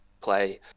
play